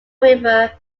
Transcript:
river